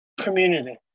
community